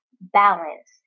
Balance